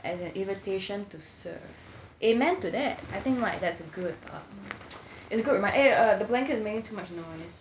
as an invitation to serve amen to that I think right that's a good err it's good eh err the blanket is making too much noise